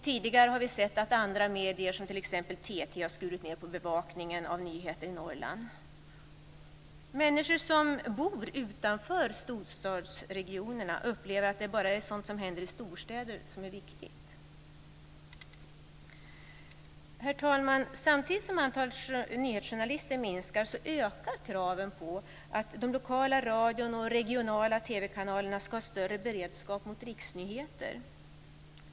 Tidigare har vi sett att andra medier, t.ex. TT, har skurit ned på bevakningen av nyheter i Norrland. Människor som bor utanför storstadsregionerna upplever att det bara är sådant som händer i storstäder som är viktigt. Herr talman! Samtidigt som antalet nyhetsjournalister minskar så ökar kraven på att den lokala radion och de regionala TV-kanalerna ska ha större beredskap för riksnyheter.